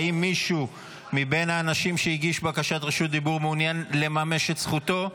האם מישהו מבין האנשים שהגיש בקשת רשות דיבור מעוניין לממש את זכותו?